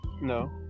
no